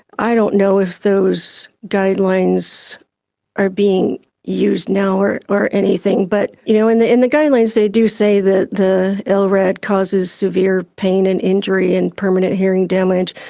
i don't know if those guidelines are being used now or or anything, but you know in the in the guidelines they do say that the lrad causes severe pain and injury and permanent hearing damage,